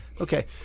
Okay